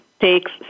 takes